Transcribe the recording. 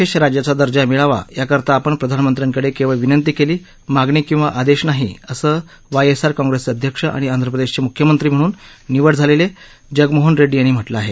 आंध्रप्रदेशाला विशेष राज्याचा दर्जा मिळावा याकरता आपण प्रधानमंत्र्यांकडे केवळ विनंती केली मागणी किंवा आदेश नाही असं वायएसआर काँग्रेसचे अध्यक्ष आणि आंध्रप्रदेशचे मुख्यमंत्री म्हणून निवड झालेले जगनमोहन रेड्डी यांनी म्हटलं आहे